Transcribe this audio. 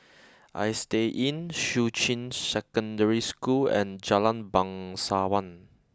Istay Inn Shuqun Secondary School and Jalan Bangsawan